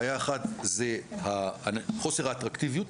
בעיה אחת זה חוסר האטרקטיביות.